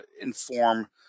inform